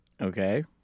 Okay